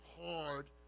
hard